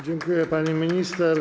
Dziękuję, pani minister.